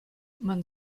man